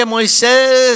Moses